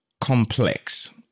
complex